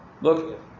Look